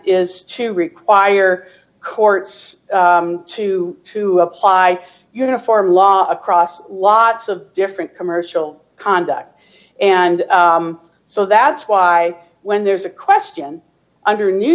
is to require courts to to apply uniform law across lots of different commercial conduct and so that's why when there's a question under new